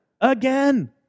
Again